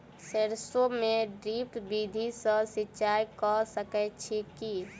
सैरसो मे ड्रिप विधि सँ सिंचाई कऽ सकैत छी की?